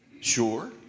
Sure